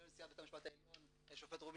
המשנה לנשיאת בית המשפט העליון השופט רובינשטיין,